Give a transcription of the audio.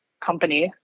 company